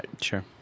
Sure